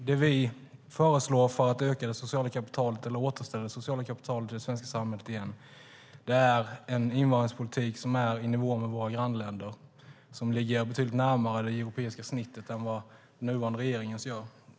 Det vi föreslår för att återställa det sociala kapitalet i det svenska samhället är en invandringspolitik som är i nivå med våra grannländers och som ligger betydligt närmare det europeiska snittet än vad den nuvarande regeringens gör.